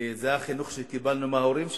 כי זה החינוך שקיבלנו מההורים שלנו.